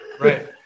Right